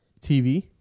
TV